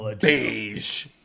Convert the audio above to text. beige